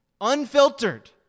Unfiltered